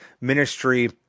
ministry